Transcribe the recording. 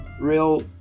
real